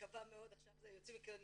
עכשיו יוצאים לבחירות.